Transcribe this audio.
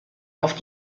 auf